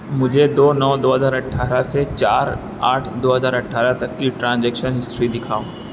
مجھے دو نو دو ہزار اٹھارہ سے چار آٹھ دو ہزار اٹھارہ تک کی ٹرانزیکشن ہسٹری دکھاؤ